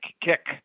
kick